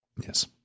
yes